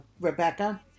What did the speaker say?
Rebecca